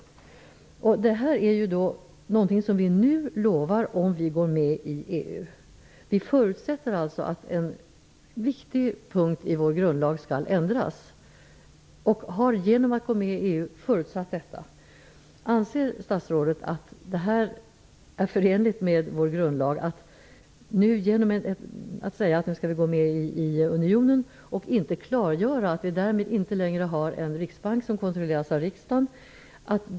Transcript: Detta är någonting som vi nu lovar om vi går med i EU. Vi förutsätter alltså att en viktig punkt i vår grundlag skall ändras. Anser statsrådet att detta är förenligt med vår grundlag? Vi går med i unionen utan att klargöra att vi därmed inte längre har en riksbank som kontrolleras av riksdagen.